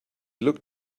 looked